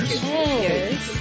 Cheers